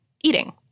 eating